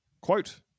Quote